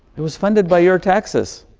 it was funded by your taxes.